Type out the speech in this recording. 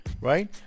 right